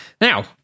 Now